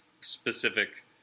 specific